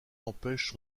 empêchent